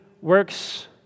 works